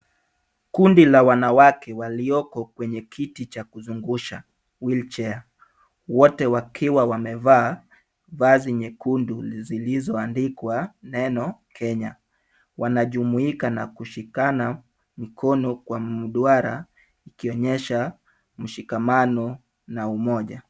Kundi la wanawake walioko kwenye kiti cha kuzungusha wheelchair , wote wakiwa wamevaa vazi nyekundu zilizoandikwa neno Kenya. Wanajumuika na kushikana mkono kwa mduara ikionyesha mshikamano na umoja.